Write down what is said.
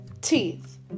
Teeth